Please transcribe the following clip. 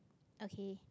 okay